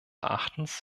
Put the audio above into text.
erachtens